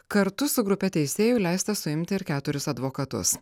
kartu su grupe teisėjų leista suimti ir keturis advokatus